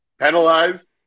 penalized